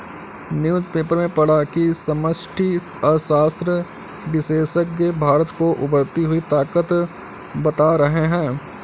newspaper में पढ़ा की समष्टि अर्थशास्त्र विशेषज्ञ भारत को उभरती हुई ताकत बता रहे हैं